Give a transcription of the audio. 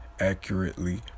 accurately